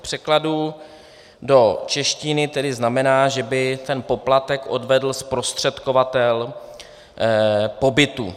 V překladu do češtiny tedy znamená, že by poplatek odvedl zprostředkovatel pobytu.